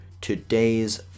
today's